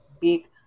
big